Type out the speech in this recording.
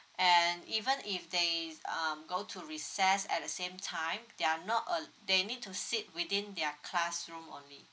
and even if they um go to recess at the same time they are not al~ they need to sit within their classroom only